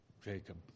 Jacob